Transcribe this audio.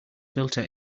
filter